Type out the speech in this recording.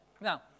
Now